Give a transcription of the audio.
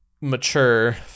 mature